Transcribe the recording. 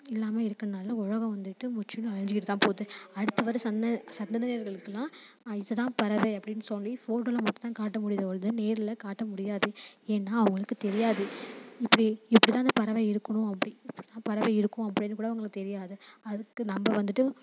இல்லாமல் இருக்கறனால் உலகம் வந்துட்டு முற்றிலும் அழிஞ்சிக்கிட்டு தான் போது அடுத்து வரும் சன்ன சந்ததியினர்களுக்குலாம் இது தான் பறவை அப்படின்னு சொல்லி ஃபோட்டோவில் மட்டுந்தான் காட்ட முடியுதே ஒழிஞ்சு நேரில் காட்ட முடியாது ஏன்னால் அவங்களுக்கு தெரியாது இப்படி இப்படி தான் இந்த பறவை இருக்கணும் அப்படி இப்படி தான் பறவை இருக்கும் அப்படின்னு கூட அவங்களுக்கு தெரியாது அதுக்கு நாம்ம வந்துட்டு